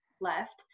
left